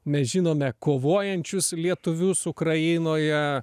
mes žinome kovojančius lietuvius ukrainoje